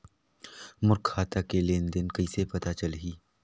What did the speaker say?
मोर खाता के लेन देन कइसे पता चलही?